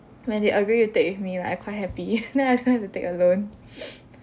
when they agree to take with me like I quite happy then I don't have to take alone